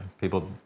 People